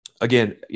again